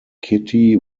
kitty